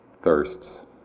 thirsts